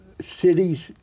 cities